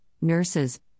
nurses